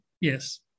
Yes